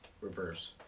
reverse